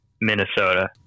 minnesota